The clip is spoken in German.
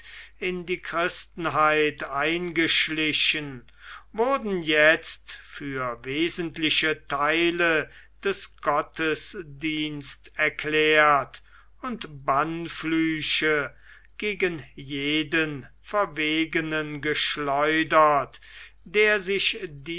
in die christenheit eingeschlichen wurden jetzt für wesentliche theile des gottesdiensts erklärt und bannflüche gegen jeden verwegenen geschlendert der sich